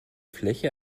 fläche